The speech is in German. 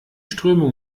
strömung